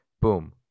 Boom